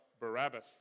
Barabbas